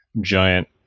giant